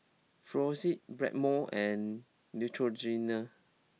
Floxia Blackmores and Neutrogena